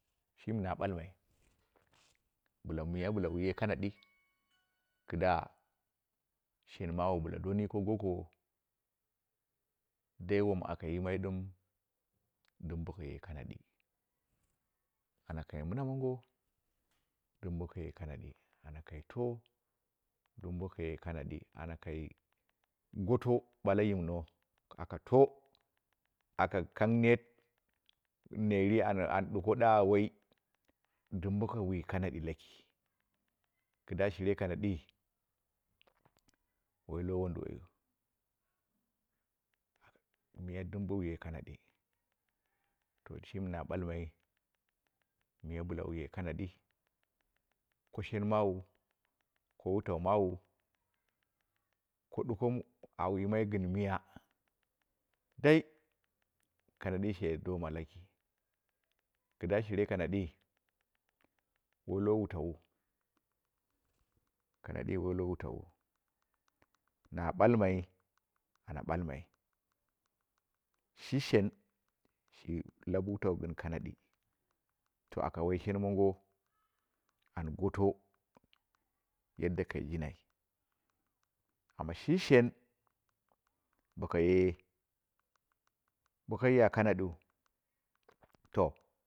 Shimi na balmai, bɨla mu kan muye kanadi, kɨda shen mawu bɨla doni ko goko, dui won aka yimai dim dim bokaye kanadi, ana kai mina mongo dim bokaye kanadi ana kai to, dim bokaye kanadi, ana kai goto ɓale yimno, aka to, aka gang neet neeryi an duko ɗa woi, di boko lėu kanadi laki, kɨda shire ka nadii, woilo wuuduwaiu, miya dim buwuye kanadi, to shimi na balmai miya bɨla wuye kanadi shi shen mawu, ko wutau mawu, lo duko mi awu yimai gɨn miyu dai kanadii she doma killi, kida shire kanadi, woilo wutau'u, kanadai woilo wutauwo, na bulmai, ana balmai shi shen shi lau wutau gɨn kanadi to aka wai shen mengo an goto yadda kai jindai, ama shi shen bokaye bokaiya kamaɗiu to.